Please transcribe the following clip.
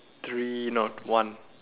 three not one